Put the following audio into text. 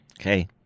Okay